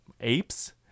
apes